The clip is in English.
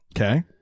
Okay